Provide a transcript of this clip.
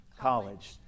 college